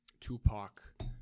Tupac